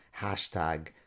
hashtag